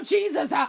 Jesus